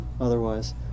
otherwise